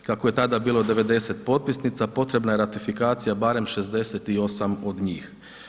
Kako je tada bilo 90 potpisnica, potrebna je ratifikacija barem 68 od njih.